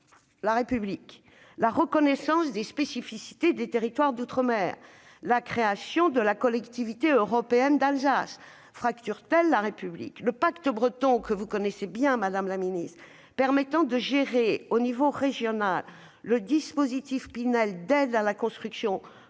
la République ? La reconnaissance des spécificités des territoires d'outre-mer et la création de la Collectivité européenne d'Alsace fracturent-elles la République ?